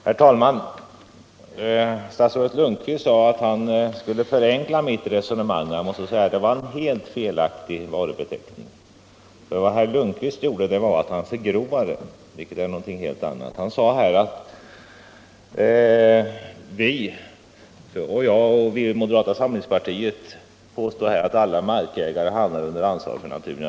Herr talman! Statsrådet Lundkvist sade att han skulle förenkla mitt resonemang. Jag måste säga att det var en helt felaktig varubeteckning, för vad herr Lundkvist gjorde var att han förgrovade mitt resonemang, vilket är något helt annat. Han sade att moderata samlingspartiet påstod att alla markägare handlar under ansvar för naturen.